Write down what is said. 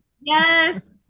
Yes